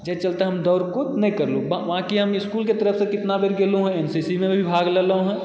जे चलते हम दौड़ कूद नहि करलहुँ बाकी हम इस्कूलके तरफसे केतना बेर गेलहुँ हँ एन सी सी मे भी भाग लेलहुँ हँ